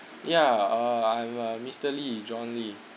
yeah uh I'm uh mister lee john lee